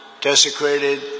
desecrated